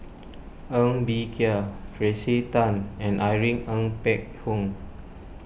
Ng Bee Kia Tracey Tan and Irene Ng Phek Hoong